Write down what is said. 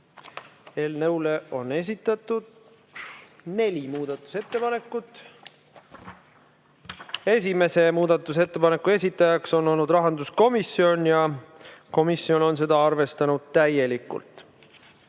kohta on esitatud neli muudatusettepanekut. Esimese muudatusettepaneku esitaja on rahanduskomisjon ja komisjon on seda arvestanud täielikult.